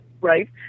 right